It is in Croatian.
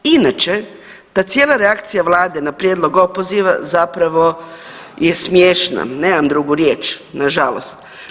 Inače ta cijela reakcije Vlade na prijedlog opoziva zapravo je smiješna, nemam drugu riječ, nažalost.